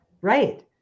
right